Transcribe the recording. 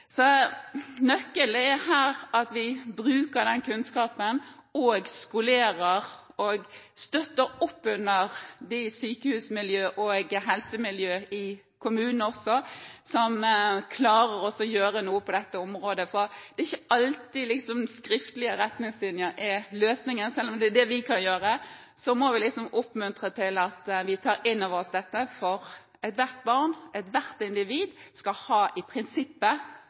er her at vi bruker kunnskapen og skolerer og støtter opp under sykehusmiljøene og også helsemiljøene i kommunen, som klarer å gjøre noe på dette området, for det er ikke alltid skriftlige retningslinjer er løsningen. Selv om det er det vi kan gjøre, må vi oppmuntre til at vi tar inn over oss dette, for ethvert barn, ethvert individ, skal i prinsippet